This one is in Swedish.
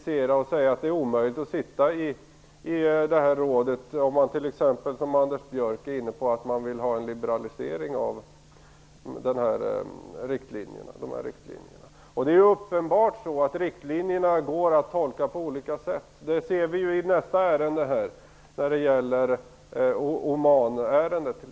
Jag har inte hört honom säga att det är omöjligt att sitta i rådet om man som Anders Björck t.ex. vill ha en liberalisering av riktlinjerna. Det är uppenbart att riktlinjerna går att tolka på olika sätt. Det ser vi ju t.ex. i det ärende som följer på detta, Omanärendet.